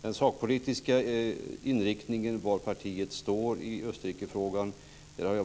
Jag har tidigt i ett pressmeddelande informerat om det sakpolitiska läget, dvs. var partiet står i Österrikefrågan. Det har